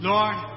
Lord